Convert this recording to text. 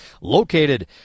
located